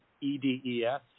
E-D-E-S